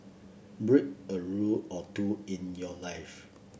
break a rule or two in your life